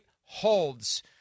holds